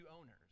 owners